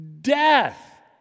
death